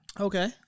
Okay